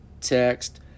text